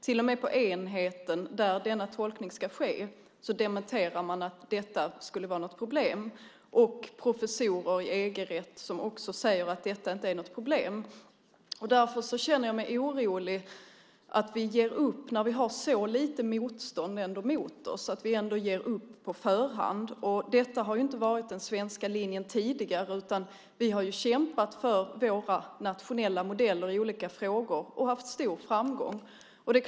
Till och med på den enhet där denna tolkning ska ske dementerar man att detta skulle vara något problem. Professorer i EG-rätt säger också att detta inte är något problem. Därför känner jag mig orolig för att vi ger upp när vi ändå har så lite motstånd mot oss. Det känns som om vi ger upp på förhand. Detta har inte varit den svenska linjen tidigare. Vi har kämpat för våra nationella modeller i olika frågor och haft stor framgång.